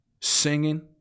singing